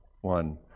one